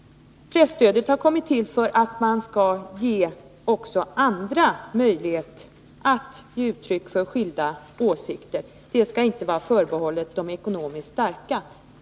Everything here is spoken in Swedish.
Presstödet har kommit till för att man skall ge också andra möjlighet att ge uttryck för skilda åsikter. Det skall inte vara förbehållet de ekonomiskt starka.